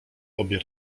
obie